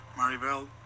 Maribel